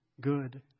good